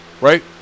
Right